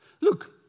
Look